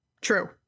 True